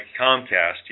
Comcast